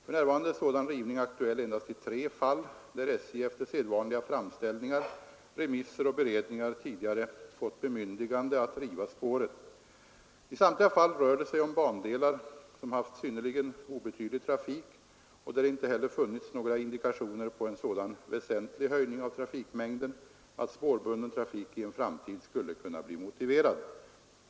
För närvarande är sådan rivning aktuell endast i tre fall, där SJ efter sedvanliga framställningar, remisser och beredningar tidigare fått bemyndigande att riva spåret. I samtliga fall rör det sig om bandelar som haft synnerligen obetydlig trafik och där det inte heller funnits några indikåtioner på en sådan väsentlig höjning av trafikmängden att spårbunden trafik i en framtid skulle kunna bli motiverad.